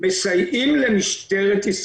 מסייעים למשטרה.